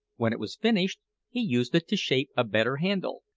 when it was finished he used it to shape a better handle,